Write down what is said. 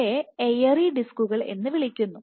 ഇവയെ എയറി ഡിസ്കുകൾ എന്ന് വിളിക്കുന്നു